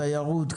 תיירות,